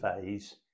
phase